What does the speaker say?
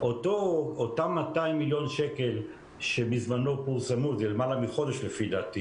אותם 200 מיליון שקל שבזמנו פורסמו למעלה מחודש לפי דעתי